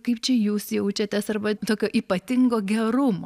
kaip čia jūs jaučiatės arba tokio ypatingo gerumo